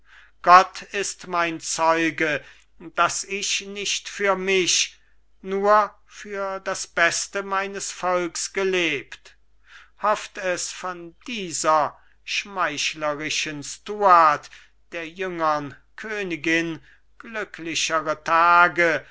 gott ist mein zeuge daß ich nicht für mich nur für das beste meines volks gelebt hofft es von dieser schmeichlerischen stuart der jüngern königin glücklichere tage